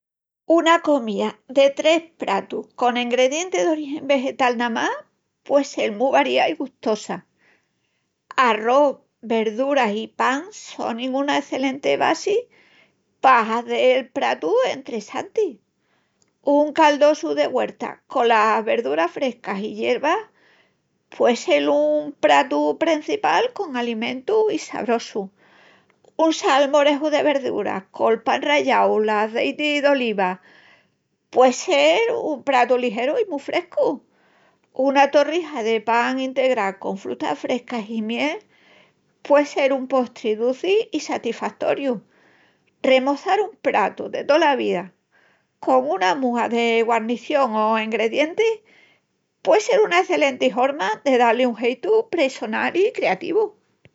Una comía de tres pratus con engredientis d'origi vegetal namas pué sel mu variá i gustosa. Arrós, verduras i pan sonin una escelenti bassi pa hazel pratus entressantis. Un caldosu de güerta colas verduras frescas i yerbas puei sel un pratu prencipal con alimentu i sabrosu. Un salmoreju de verduras col pan rallau i'l azeiti d'oliva pue sel un pratu ligeru i mu frescu. I una torrija de pan integral con frutas frescas i miel pue sel un postri duci i satifastoriu. Remoçal un pratu de tola vía con una múa de guarnición o engredientis pué sel una escelenti horma de dá-li un jeitu pressonal i criativu.